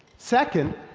second,